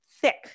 thick